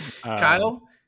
kyle